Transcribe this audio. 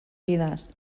vides